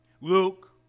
Luke